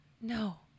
No